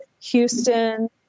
Houston